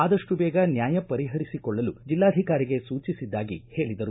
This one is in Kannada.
ಆದಷ್ಟು ಬೇಗ ನ್ಯಾಯ ಪರಿಹರಿಸಿಕೊಳ್ಳಲು ಜಿಲ್ಲಾಧಿಕಾರಿಗೆ ಸೂಚಿಸಿದ್ದಾಗಿ ಹೇಳಿದರು